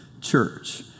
Church